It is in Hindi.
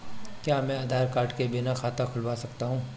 क्या मैं आधार कार्ड के बिना खाता खुला सकता हूं?